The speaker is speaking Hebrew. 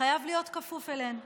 חייב להיות כפוף אליהן,